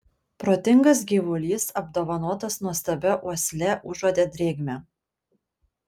protingas gyvulys apdovanotas nuostabia uosle užuodė drėgmę